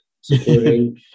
supporting